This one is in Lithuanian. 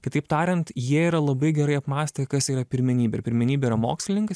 kitaip tariant jie yra labai gerai apmąstę kas yra pirmenybė ir pirmenybė yra mokslininkai